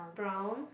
from